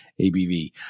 ABV